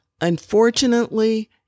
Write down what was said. Unfortunately